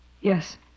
Yes